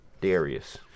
darius